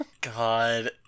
God